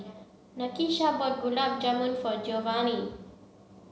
Nakisha bought Gulab Jamun for Jovanni